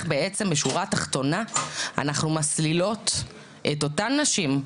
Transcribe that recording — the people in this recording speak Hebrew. בעצם בשורה התחתונה אנחנו מסלילות את אותן נשים,